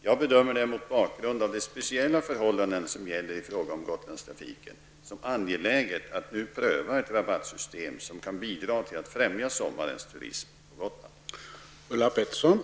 Jag bedömer det, mot bakgrund av de speciella förhållanden som gäller i fråga om Gotlandstrafiken, som angeläget att nu pröva ett rabattsystem som kan bidra till att främja sommarens turism på Gotland.